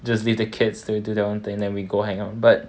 just leave the kids to do their own thing then we go hang out but